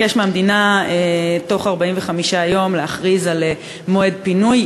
והוא ביקש מהמדינה להכריז בתוך 45 יום על מועד פינוי.